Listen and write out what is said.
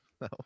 No